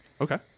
Okay